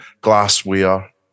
glassware